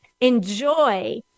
enjoy